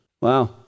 Wow